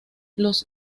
los